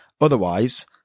Otherwise